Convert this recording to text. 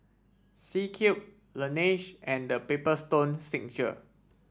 C Cube Laneige and The Paper Stone Signature